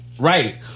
Right